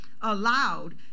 allowed